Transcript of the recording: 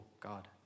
God